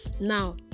now